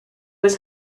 his